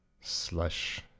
slush